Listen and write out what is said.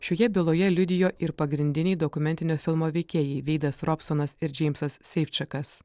šioje byloje liudijo ir pagrindiniai dokumentinio filmo veikėjai veidas robsonas ir džeimsas seifčakas